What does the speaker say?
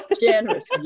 Generous